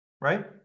right